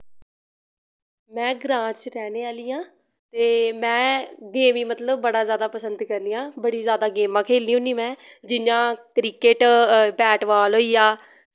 मैं ग्रांऽ च रैह्ने आह्ली आं ते मैं गेम गी मतलव बड़ा जैदा पसंद करनी आं बड़ी जैदा गेमां खेलनी होन्नी मैं जियां क्रिकेट बैट बाल होई गेआ